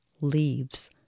leaves